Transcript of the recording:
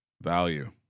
Value